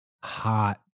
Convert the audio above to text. hot